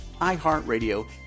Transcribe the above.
iHeartRadio